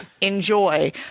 enjoy